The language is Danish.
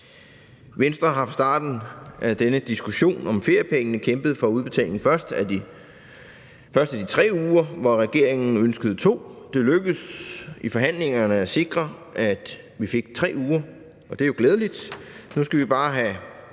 Venstre har fra starten af denne diskussion om feriepengene kæmpet for udbetalingen, først af de 3 uger, hvor regeringen ønskede 2. Det lykkedes i forhandlingerne at sikre, at vi fik 3 uger, og det er jo glædeligt.